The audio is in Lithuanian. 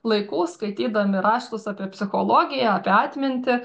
laikų skaitydami raštus apie psichologiją apie atmintį